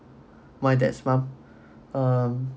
my dad's mom um